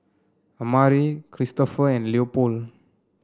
Amare Kristofer and Leopold